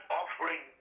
offering